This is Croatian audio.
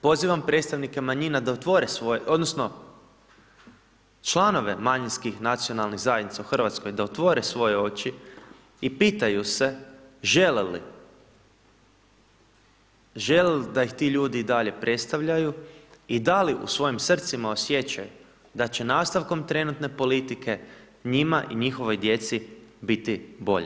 Pozivam predstavnike manjina da otvore svoje odnosno članove manjinskih nacionalnih zajednica u RH da otvore svoje oči i pitaju se žele li da ih ti ljudi i dalje predstavljaju i da li u svojim srcima osjećaju da će nastavkom trenutne politike njima i njihovoj djeci biti bolje?